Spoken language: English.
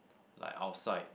like outside